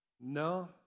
no